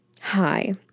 hi